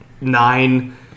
nine